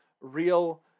real